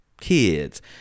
kids